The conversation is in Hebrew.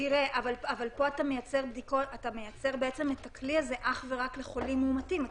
אבל פה אתה מייצר את הכלי הזה אך ורק לחולים מאומתים.